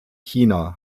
china